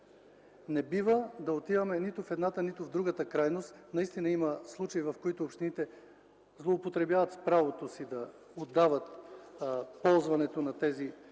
Не бива да отиваме нито в едната, нито в другата крайност. Наистина има случаи, в които общините злоупотребяват с правото си да отдават ползването на тези